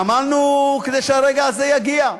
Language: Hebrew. עמלנו כדי שהרגע הזה יגיע.